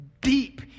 deep